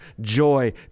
joy